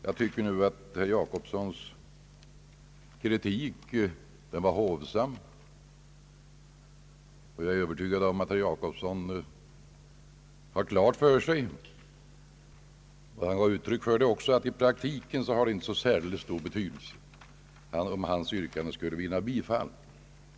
Jag tycker att herr Jacobssons kritik var hovsam, och jag är övertygad om att herr Jacobsson har klart för sig — han gav uttryck för detta också — att det i praktiken inte har så särdeles stor betydelse om hans yrkande skulle vinna bifall.